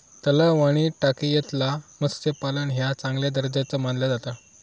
तलाव आणि टाकयेतला मत्स्यपालन ह्या चांगल्या दर्जाचा मानला जाता